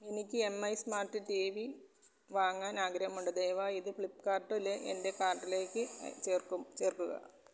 എനിക്ക് M I smart T V വാങ്ങാൻ ആഗ്രഹമുണ്ട് ദയവായി ഇത് ഫ്ലിപ്പ്കാർട്ടിലെ എൻ്റെ കാർട്ടിലേക്ക് ചേർക്കും ചേർക്കുക